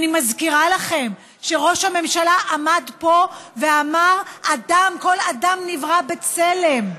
אני מזכירה לכם שראש הממשלה עמד פה ואמר: כל אדם נברא בצלם.